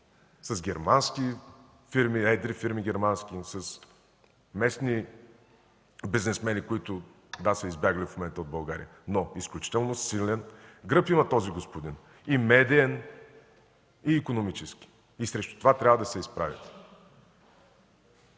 с германски едри фирми, с местни бизнесмени, които са избягали в момента от България. Но изключително силен гръб има този господин – и медиен, и икономически. И срещу това трябва да се изправите.